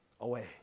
away